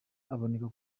aboneka